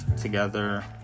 together